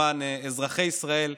למען אזרחי ישראל,